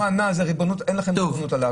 הוא ענה: אין לכם ריבונות על ה